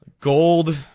gold